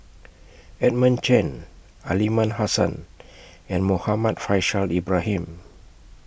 Edmund Chen Aliman Hassan and Muhammad Faishal Ibrahim